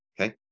okay